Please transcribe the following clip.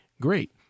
great